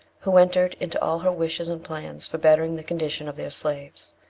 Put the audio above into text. who entered into all her wishes and plans for bettering the condition of their slaves.